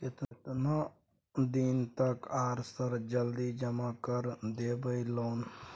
केतना दिन तक आर सर जल्दी जमा कर देबै लोन?